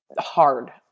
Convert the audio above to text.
hard